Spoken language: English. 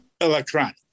electronic